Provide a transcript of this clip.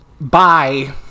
bye